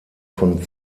von